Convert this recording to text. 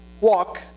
walk